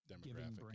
demographic